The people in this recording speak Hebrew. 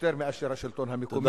יותר מאשר השלטון המקומי.